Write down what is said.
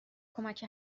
کمک